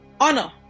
honor